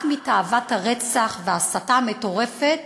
רק מתאוות הרצח וההסתה המטורפת,